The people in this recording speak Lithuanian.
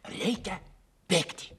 reikia bėgti